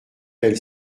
belle